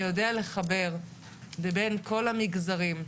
שיודע לחבר בין כל המגזרים,